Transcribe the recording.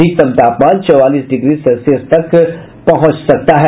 अधिकतम तापमान चौवालीस डिग्री सेल्सियस तक पहुंच सकता है